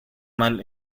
mal